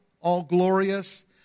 all-glorious